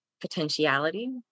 potentiality